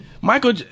Michael